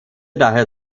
daher